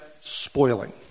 spoiling